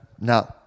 no